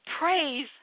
praise